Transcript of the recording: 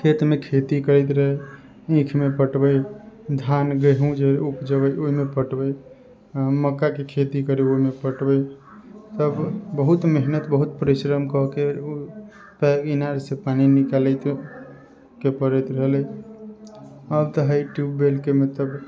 खेतमे खेती करैत रहय ईखमे पटबै धान गहूँम जे उपजबय ओहिमे पटबै मक्काके खेती करय ओहिमे पटबै सभ बहुत मेहनति बहुत परिश्रम कऽ के इनारसँ पानि निकालयके के पड़ैत रहलै आब तऽ हइ ट्यूब वेलके मतलब